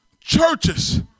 churches